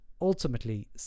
ultimately